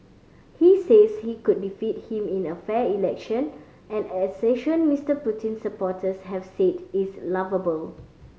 he says he could defeat him in a fair election an assertion Mister Putin's supporters have said is laughable